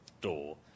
door